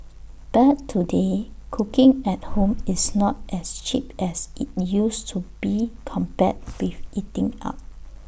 but today cooking at home is not as cheap as IT used to be compared with eating out